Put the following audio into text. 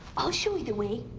i'll show you the way.